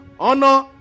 Honor